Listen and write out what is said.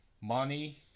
money